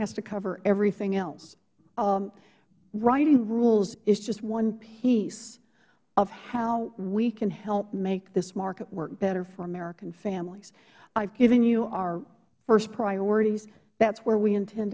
has to cover everything else writing rules is just onehpiece of how we can help make this market work better for american families i've given you our first priority that's where we intend